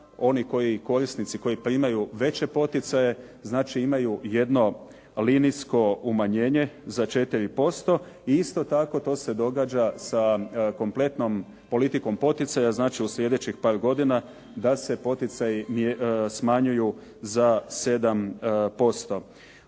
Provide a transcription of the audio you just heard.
oni korisnici koji primaju veće poticaju znači imaju jedno linijsko umanjenje za 4% i isto tako to se događa sa kompletnom politikom poticaja, znači u sljedećih par godina da se poticaji smanjuju za 7%.